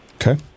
Okay